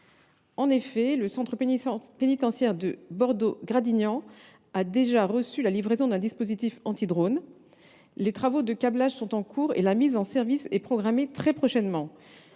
En effet, le centre pénitentiaire de Bordeaux Gradignan a déjà été livré d’un dispositif anti drones. Les travaux de câblage sont en cours et la mise en service est programmée très prochainement.